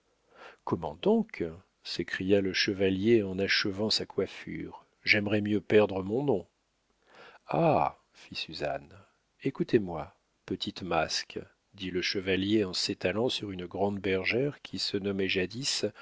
comment donc s'écria le chevalier en achevant sa coiffure j'aimerais mieux perdre mon nom ah fit suzanne écoutez-moi petite masque dit le chevalier en s'étalant sur une grande bergère qui se nommait jadis